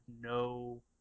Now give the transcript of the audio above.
no